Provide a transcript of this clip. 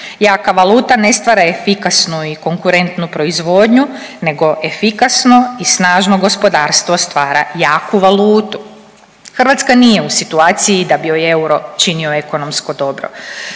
Jaka valuta ne stvara efikasnu i konkurentnu proizvodnju nego efikasno i snažno gospodarstvo stvara jaku valutu. Hrvatska nije u situaciji da bi joj euro činio ekonomsko dobro.